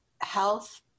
health